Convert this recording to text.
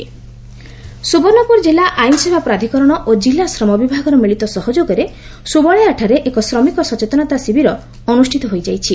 ସଚେତନତା ଶିବିର ସୁବର୍ଷପୁର ଜିଲ୍ଲା ଆଇନସେବା ପ୍ରାଧକରଣ ଓ ଜିଲ୍ଲା ଶ୍ରମ ବିଭାଗର ମିଳିତ ସହଯୋଗରେ ସ୍ବଳୟାଠାରେ ଏକ ଶ୍ରମିକ ସଚେତନତା ଶିବିର ଅନୁଷ୍ଠିତ ହୋଇଯାଇଛି